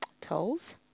Tolls